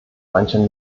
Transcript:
manchen